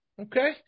Okay